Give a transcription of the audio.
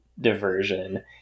diversion